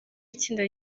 itsinda